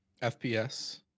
FPS